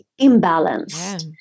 imbalanced